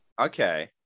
Okay